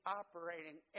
operating